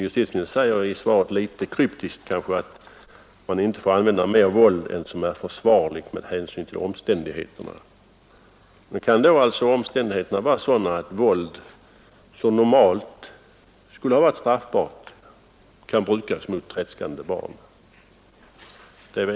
Justitieministern säger i svaret, och det är kanske litet kryptiskt: ”Givetvis får inte användas mer våld än som är försvarligt med hänsyn till omständigheterna.” Men kan då omständigheterna vara sådana att våld, som normalt skulle ha varit straffbart, kan brukas mot tredskande barn?